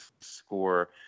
score